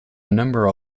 number